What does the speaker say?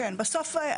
בסוף,